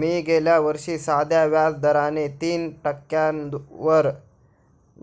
मी गेल्या वर्षी साध्या व्याज दराने तीन टक्क्यांवर